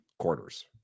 quarters